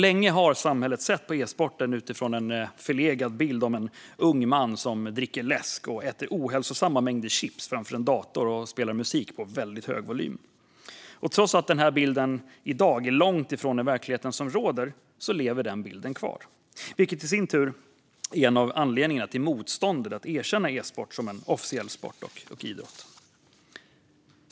Länge har samhället sett på e-sporten utifrån en förlegad bild av en ung man som dricker läsk och äter ohälsosamma mängder chips framför en dator och spelar musik på väldigt hög volym. Trots att denna bild i dag ligger långt från den verklighet som råder lever den kvar, vilket i sin tur är en av anledningarna till motståndet mot att erkänna e-sport som en officiell sport och idrott.